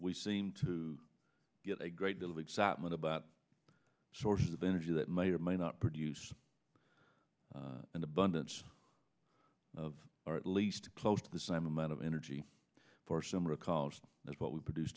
we seem to get a great deal of except what about sources of energy that may or may not produce an abundance of or at least close to the same amount of energy for some recalls that's what we produce